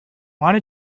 want